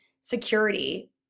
security